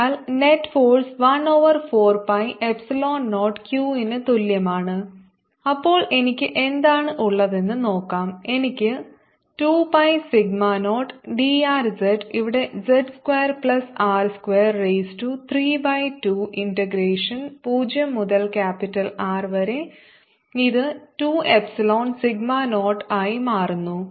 അതിനാൽ net force 1 over 4 pi epsilon 0 q ന് തുല്യമാണ് അപ്പോൾ എനിക്ക് എന്താണ് ഉള്ളതെന്ന് നോക്കാം എനിക്ക് 2 pi sigma zero d r z ഇവിടെ z square plus r square raise to 3 by 2 integration 0 മുതൽ ക്യാപിറ്റൽ R വരെ ഇത് 2 എപ്സിലോൺ സിഗ്മ0 ആയി മാറുന്നു